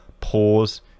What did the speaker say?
pause